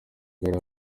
kigali